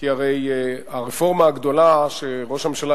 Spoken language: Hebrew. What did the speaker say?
כי הרי הרפורמה הגדולה שראש הממשלה